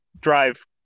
drive